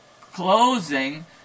closing